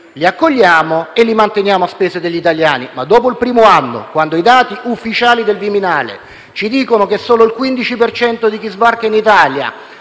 li accogliamo e li manteniamo a spese degli italiani. Ma dopo il primo anno, quando i dati ufficiali del Viminale ci dicono che solo il 15 per cento di chi sbarca in Italia